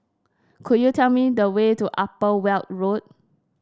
could you tell me the way to Upper Weld Road